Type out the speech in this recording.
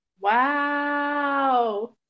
wow